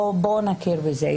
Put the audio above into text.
בואו נכיר בזה,